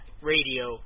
radio